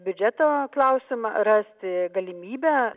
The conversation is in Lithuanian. biudžeto klausimą rasti galimybę